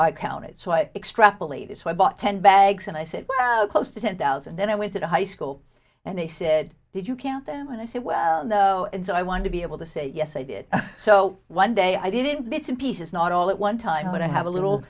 i counted so i extrapolated so i bought ten bags and i said close to ten thousand and then i went to the high school and they said did you count them and i said no and so i wanted to be able to say yes i did so one day i didn't bits and pieces not all at one time but i have a little